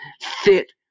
fit